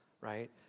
right